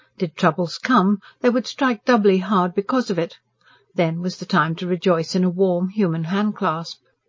did troubles come, they would strike doubly hard because of it then was the time to rejoice in a warm, human handclasp.